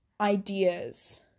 ideas